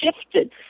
shifted